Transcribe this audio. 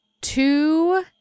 two